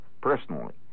personally